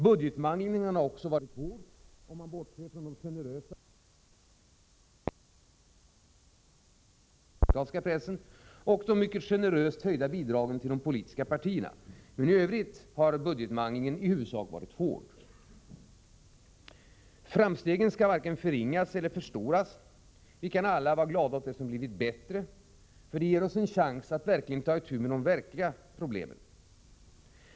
Budgetmanglingen har också — om man bortser från de generösa bidragen till pressen, enkannerligen och i hög grad den socialdemokratiska pressen, och de mycket generöst höjda bidragen till de politiska partierna — i huvudsak varit hård. Framstegen skall varken förringas eller förstoras. Vi kan alla vara glada åt det som blivit bättre, för det ger oss en chans att ta itu med de verkliga strukturproblemen.